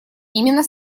именно